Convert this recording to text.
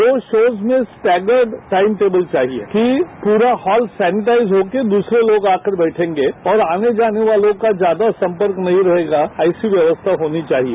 दो शोज में staggered time table चाहिए कि पूरा हॉल सैनिटाइज हो के दूसरे लोग आकर बैठेंगे और आने जाने वालोंका ज्यादा संपर्क नहीं रहेगा ऐसी व्यवस्था होनी चाहिए